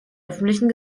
öffentlichen